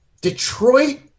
Detroit